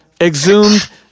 exhumed